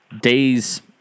days